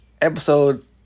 Episode